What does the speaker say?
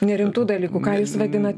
nerimtų dalykų ką jūs vadinat